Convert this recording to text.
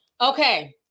Okay